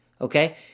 okay